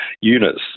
units